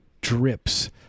drips